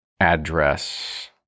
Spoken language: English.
address